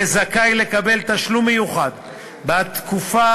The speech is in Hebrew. יהיה זכאי לקבל תשלום מיוחד בעד תקופה